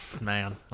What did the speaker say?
man